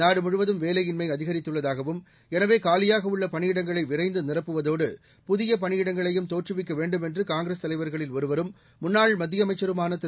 நாடுமுழுவதும் வேலையின்மை அதிகரித்துள்ளதாகவும் எனவே காலியாக உள்ள பணியிடங்களை விரைந்து நிரப்புவதோடு புதிய பணியிடங்களையும் தோற்றுவிக்க வேண்டும் என்று காங்கிரஸ் தலைவர்களில் ஒருவரும் முன்னாள் மத்திய அமைச்சருமான திரு